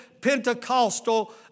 Pentecostal